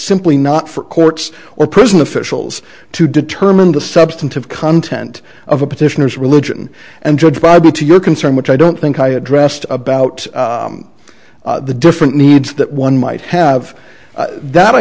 simply not for courts or prison officials to determine the substantive content of the petitioners religion and judge bible to your concern which i don't think i addressed about the different needs that one might have that i